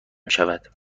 شود